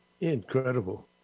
Incredible